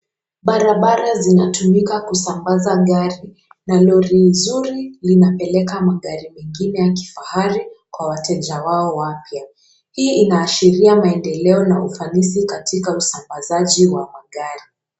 Barabara zinatumika kusambaza gari na lori nzuri linapeleka magari mengine ya kifahari kwa wateja wao wapya. Hii inaashiria maendeleo na ufanisi katika usambazaji wa magari.